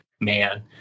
man